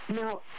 Now